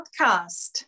Podcast